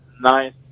nice